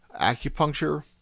acupuncture